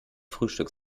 frühstück